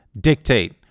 dictate